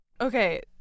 Okay